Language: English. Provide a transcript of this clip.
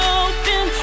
open